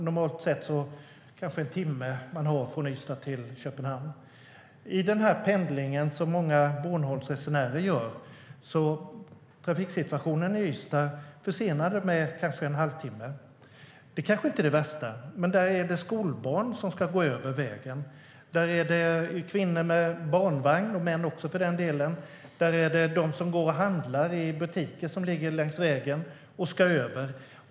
Normalt sett tar det kanske en timme från Ystad till Köpenhamn.Under denna pendling, som många Bornholmsresenärer gör, innebär trafiksituationen i Ystad att de blir en halvtimme försenade. Det är kanske inte det värsta. Men där finns skolbarn som ska gå över vägen. Där finns kvinnor med barnvagn och män också för den delen. Där finns de som går och handlar i butiker som ligger längs vägen och ska gå över.